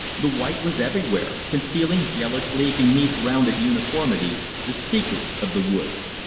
the white was everywhere, concealing jealously beneath rounded uniformity the secrets of the woods.